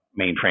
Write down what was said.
mainframe